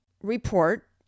report